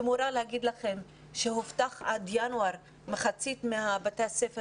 כמורה אומר לכם שהובטח שעד ינואר שמחצית מבתי הספר